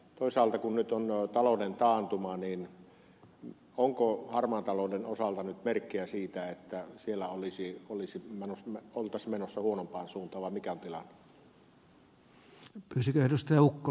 toisaalta kun nyt on talouden taantuma niin onko harmaan talouden osalta nyt merkkejä siitä että siellä oltaisiin menossa huonompaan suuntaan vai mikä on tilanne